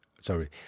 sorry